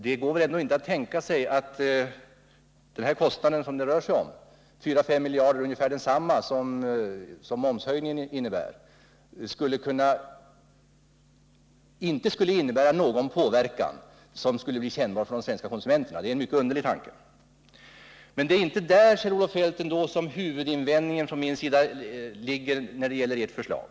Det går väl ändå inte att tänka sig att den kostnad som det rör sig om -—-4-5 miljarder eller ungefär detsamma som momshöjningen betyder — inte skulle innebära någon påverkan som skulle bli kännbar för de svenska konsumenterna. Det är en mycket underlig tanke. Men det är ändå inte där, Kjell-Olov Feldt, som huvudinvändningen från min sida ligger när det gäller ert förslag.